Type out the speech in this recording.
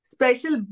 Special